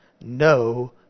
No